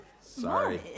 Sorry